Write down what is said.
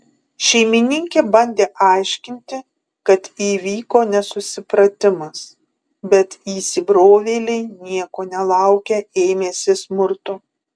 šeimininkė bandė aiškinti kad įvyko nesusipratimas bet įsibrovėliai nieko nelaukę ėmėsi smurto